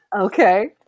Okay